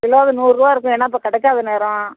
நேரம் அது நூறுரூவா இருக்கும் ஏன்னா இப்போ கிடைக்காத நேரம்